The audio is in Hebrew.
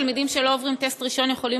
תלמידים שלא עוברים בטסט ראשון יכולים